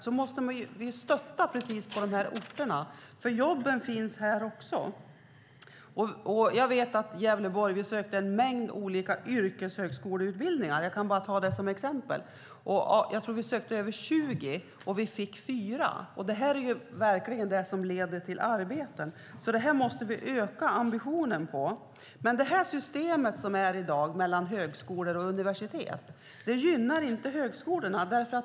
Det är precis på dessa orter som vi måste stötta, för jobben finns där också. Jag vet att vi i Gävleborg sökte en mängd olika yrkeshögskoleutbildningar - jag kan bara ta det som ett exempel. Jag tror att vi sökte över 20, och vi fick 4. Det här är ju verkligen det som leder till arbeten, så här måste vi öka ambitionen. Men det system som är i dag mellan högskolor och universitet gynnar inte högskolorna.